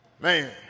Man